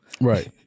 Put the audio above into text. Right